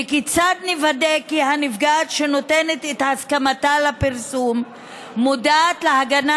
וכיצד נוודא כי הנפגעת שנותנת את הסכמתה לפרסום מודעת להגנה